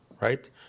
Right